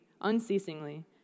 unceasingly